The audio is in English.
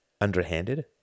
underhanded